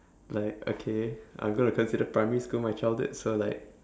like okay I'm going to consider primary school my childhood so like